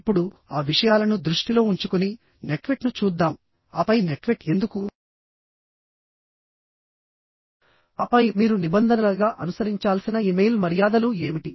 ఇప్పుడు ఆ విషయాలను దృష్టిలో ఉంచుకుని నెట్క్వెట్ను చూద్దాం ఆపై నెట్క్వెట్ ఎందుకు ఆపై మీరు నిబంధనలగా అనుసరించాల్సిన ఇమెయిల్ మర్యాదలు ఏమిటి